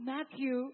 Matthew